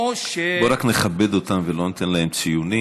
בוא רק נכבד אותם ולא ניתן להם ציונים.